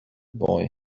boy